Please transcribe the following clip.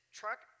truck